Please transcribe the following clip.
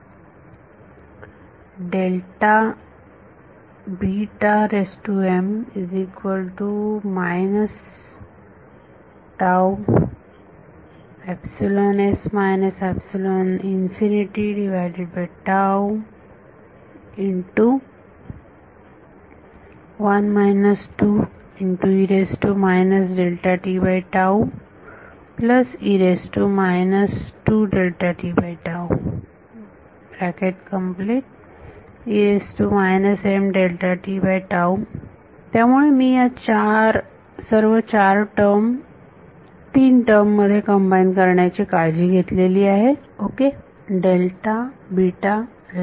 त्यामुळे मी या सर्व चार टर्म तीन टर्म मध्ये कम्बाईन करण्याची काळजी घेतलेली आहे ओके